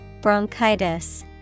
Bronchitis